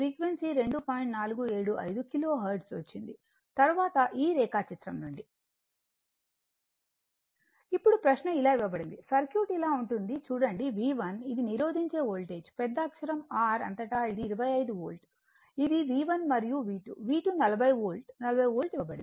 475 kilo hertz వచ్చింది తరువాత ఈ రేఖాచిత్రం నుండి ఇప్పుడు ప్రశ్న ఇలా ఇవ్వబడింది సర్క్యూట్ ఇలా ఉంటుంది చూడండి V1 ఇది నిరోధించే వోల్టేజ్పెద్దఅక్షరం R అంతటా ఇది 25 వోల్ట్ ఇది V1 మరియు V2V2 40 వోల్ట్ 40 వోల్ట్ ఇవ్వబడింది